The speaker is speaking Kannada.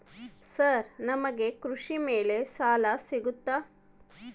ಸರ್ ನಮಗೆ ಕೃಷಿ ಮೇಲೆ ಸಾಲ ಸಿಗುತ್ತಾ?